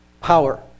power